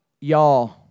y'all